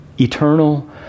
eternal